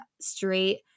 straight